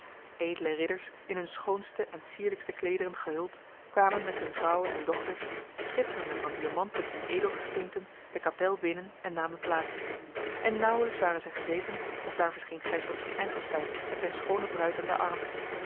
edele ridders in hunne schoonste en sierlijkste kleederen gehuld kwamen met hunne vrouwen en dochters schitterende van diamanten en edelgesteenten de kapel binnen en namen plaats en nauwelijks waren zij gezeten of daar verscheen gijsbrecht van ijselstein met zijne schoone bruid aan den arm